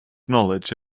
knowledge